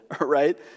right